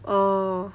orh